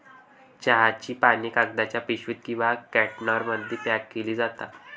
चहाची पाने कागदाच्या पिशवीत किंवा कंटेनरमध्ये पॅक केली जातात